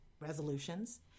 resolutions